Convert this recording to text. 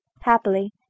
happily